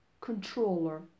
Controller